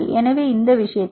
எனவே இந்த விஷயத்தில் இது 13